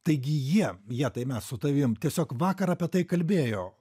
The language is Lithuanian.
taigi jie jie tai mes su tavim tiesiog vakar apie tai kalbėjo